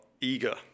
eager